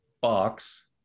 box